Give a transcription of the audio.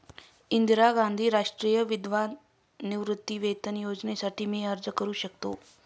इंदिरा गांधी राष्ट्रीय विधवा निवृत्तीवेतन योजनेसाठी मी अर्ज करू शकतो?